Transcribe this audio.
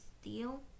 steel